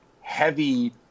heavy